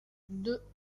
deux